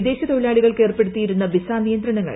വിദേശത്തൊഴിലാളികൾക്ക് ഏർപ്പെടുത്തിയിരുന്ന വിസ നിയന്ത്രണങ്ങൾ നീക്കി